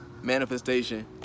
manifestation